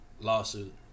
lawsuit